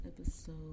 episode